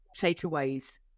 takeaways